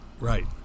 Right